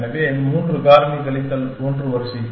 எனவே 3 காரணி கழித்தல் 1 வரிசை